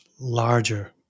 larger